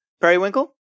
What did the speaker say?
Periwinkle